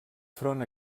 front